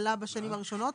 בשנים הראשונות.